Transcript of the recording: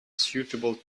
suitable